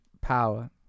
power